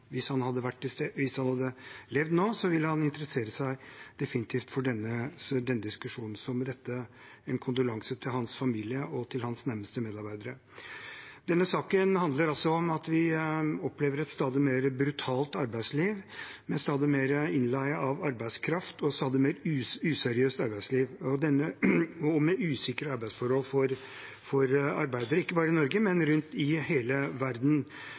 Hvis han hadde levd nå, ville han definitivt ha interessert seg for denne diskusjonen. Så jeg vil rette en kondolanse til hans familie og til hans nærmeste medarbeidere. Denne saken handler altså om at vi opplever et stadig mer brutalt arbeidsliv, med stadig mer innleie av arbeidskraft og et stadig mer useriøst arbeidsliv og med usikre arbeidsforhold for arbeidere, ikke bare i Norge, men rundt om i hele verden.